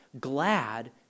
glad